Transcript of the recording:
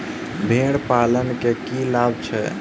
भेड़ पालन केँ की लाभ छै?